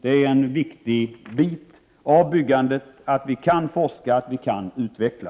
Det är en viktig bit när det gäller byggandet att vi kan forska och utveckla.